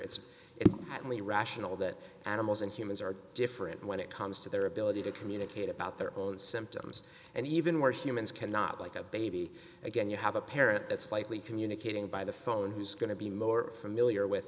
it's only rational that animals and humans are different when it comes to their ability to communicate about their symptoms and even where humans cannot like a baby again you have a parrot that's likely communicating by the phone who's going to be more familiar with